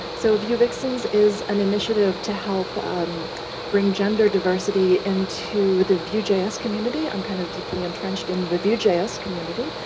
so vue vixens is an initiative to help bring gender diversity in to the vue js community. i'm kind of deeply entrenched in the vue js community.